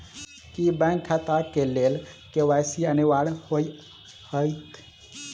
की bank खाता केँ लेल के.वाई.सी अनिवार्य होइ हएत?